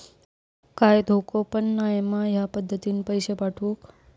काय धोको पन नाय मा ह्या पद्धतीनं पैसे पाठउक?